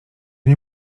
nie